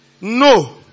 No